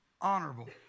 honorable